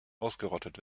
ausgerottet